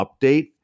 update